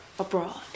abroad